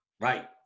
Right